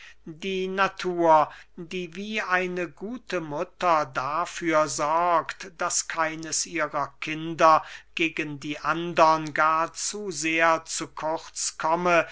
die natur die wie eine gute mutter dafür sorgt daß keines ihrer kinder gegen die andern gar zu sehr zu kurz komme